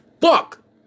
fuck